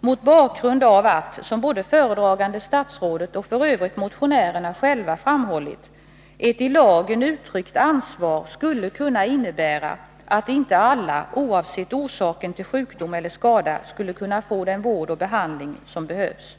mot bakgrund av att, som både föredragande statsrådet och f.ö. motionärerna själva framhåller, ett i lagen uttryckt ansvar skulle kunna innebära att inte alla oavsett orsaken till sjukdom eller skada skulle kunna få den vård och behandling som behövs.